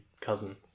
Cousin